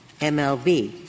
MLB